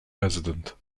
resident